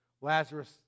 Lazarus